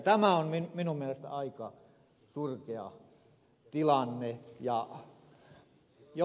tämä on minun mielestäni aika surkea tilanne